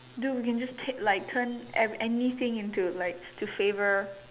do again just tick like turn every anything into like to favor